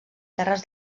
terres